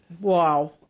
wow